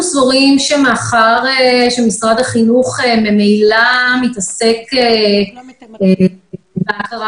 אנחנו סבורים שמאחר שמשרד החינוך ממילא מתעסק בהכרה,